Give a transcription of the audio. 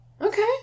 Okay